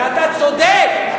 ואתה צודק,